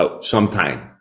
sometime